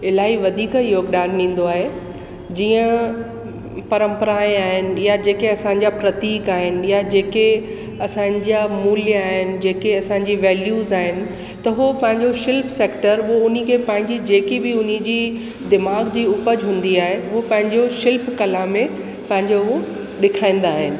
इलाही वधीक योगदान ॾींदो आहे जीअं परंपराए आहिनि या जेके असांजा प्रतीक आहिनि या जेके असांजा मूल्य आहिनि जेके असांजी वैल्यूस आहिनि त उहो पंहिंजो शिल्प सैक्टर हो हुन खे पंहिंजी जेकी बि उन जी दिमाग़ जी उपज हूंदी आहे हू पंहिंजे शिल्प कला में पंहिंजे हू ॾेखारींदा आहिनि